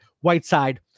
Whiteside